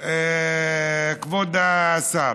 כבוד השר,